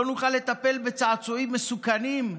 לא נוכל לטפל בצעצועים מסוכנים.